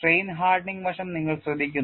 strain hardening വശം നിങ്ങൾ ശ്രദ്ധിക്കുന്നു